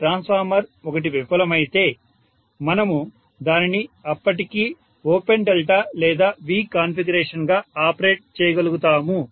transformer ఒకటి విఫలమైతే మనము దానిని అప్పటికీ ఓపెన్ డెల్టా లేదా V కాన్ఫిగరేషన్ గా ఆపరేట్ చేయగలుగుతాము